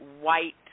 white